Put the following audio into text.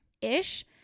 ish